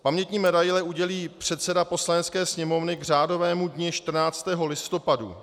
Pamětní medaile udělí předseda Poslanecké sněmovny k řádovému dni 14. listopadu.